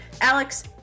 alex